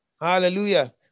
hallelujah